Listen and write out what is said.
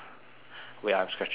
wait ah I'm scratching my ass